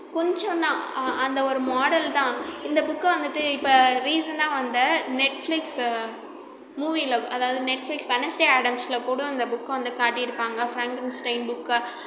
கொஞ்சந்தான் அந்த ஒரு மாடல் தான் இந்த புக்கை வந்துவிட்டு இப்போ ரிசண்ட்டாக வந்த நெட்ஃப்ளிக்ஸ் மூவியில அதாவது நெட்ஃப்ளிக்ஸ் வெட்னஸ்டே ஆடம்ஸில் கூடம் அந்த புக்கை வந்து காட்டிருப்பாங்க ஃப்ராங்கென்ஸ்டைன் புக்கை